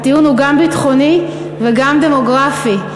הטיעון הוא גם ביטחוני וגם דמוגרפי,